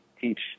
teach